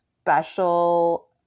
special